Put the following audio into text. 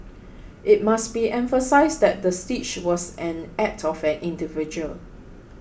it must be emphasised that the siege was an act of an individual